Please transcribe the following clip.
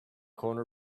corner